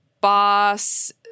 boss